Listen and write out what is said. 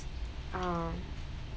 uh